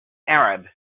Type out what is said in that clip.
arab